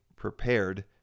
prepared